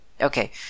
Okay